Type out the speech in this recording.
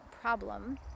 problem